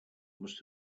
must